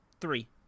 three